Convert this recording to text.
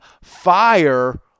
fire